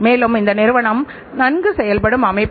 மேலும் அந்தப் பொருளை விற்பனை செய்யத் தொடங்கினோம்